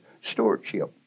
stewardship